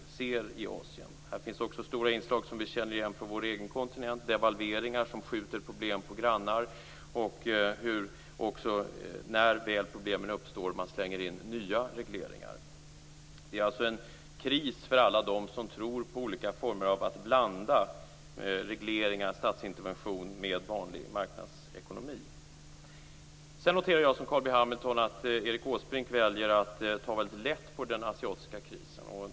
Här finns också inslag som vi känner igen från vår egen kontinent: devalveringar som skjuter problem på grannar och att man när problem uppstår slänger in nya regleringar. Det är alltså en kris för alla dem som tror på att i olika former blanda regleringar och statsintervention med vanlig marknadsekonomi. Jag liksom Carl B Hamilton noterar att Erik Åsbrink väljer att ta väldigt lätt på den asiatiska krisen.